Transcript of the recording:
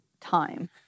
time